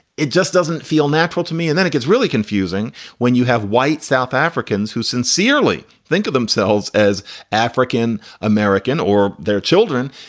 it just doesn't feel natural to me. and then it gets really confusing when you have white south africans who sincerely think of themselves as african american or their children,